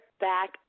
back